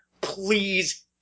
please